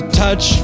touch